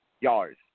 yards